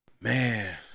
Man